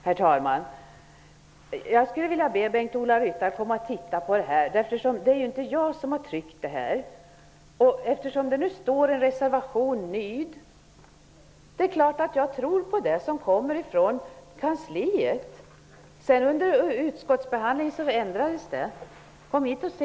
Herr talman! Jag skulle vilja be Bengt-Ola Ryttar att komma hit och titta på detta. Det är ju inte jag som har tryckt detta. Det stod ''reservation ''. Det är ju klart att jag tror på det som kommer från kansliet. Under utskottsbehandlingen ändrades det hela. Kom hit och se!